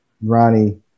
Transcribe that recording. Ronnie